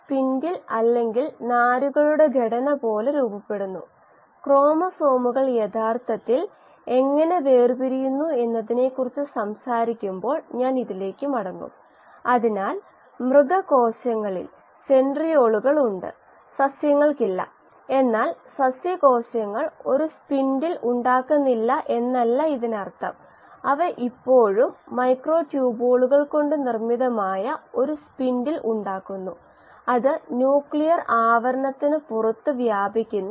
സബ്സ്റ്റ്രെടിന്റെ പകുതി പരമാവധി വളർച്ചാ നിരക്കായ ഗാഢത ഒരു ലിറ്ററിൽ 1 ഗ്രാം ആണ്